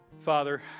Father